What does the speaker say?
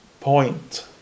point